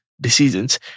Decisions